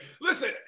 Listen